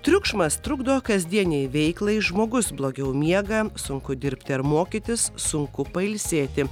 triukšmas trukdo kasdienei veiklai žmogus blogiau miega sunku dirbti ar mokytis sunku pailsėti